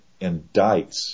indicts